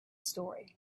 story